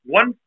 one